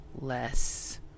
less